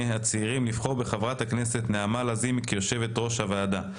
הצעירים לבחור בחברת הכנסת נעמה לזימי כיושבת ראש הוועדה.